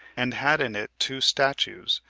and had in it two statues,